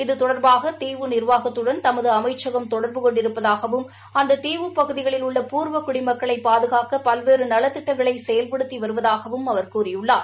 இது தொடர்பாக தீவு நிர்வாகத்துடன் தமது அமைச்சகம் தொடர்பு கொண்டிருப்பதாகவும் அந்த தீவுப் பகுதிகளில் உள்ள பூர்வ குடிமக்களை பாதுகாக்க பல்வேறு நலத்திட்டங்களை செயல்படுத்தி வருவதாகவும் கூறியுள்ளார்